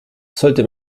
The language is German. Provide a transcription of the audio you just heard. sollte